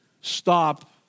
stop